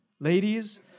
ladies